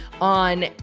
on